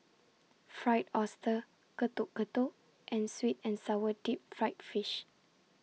Fried Oyster Getuk Getuk and Sweet and Sour Deep Fried Fish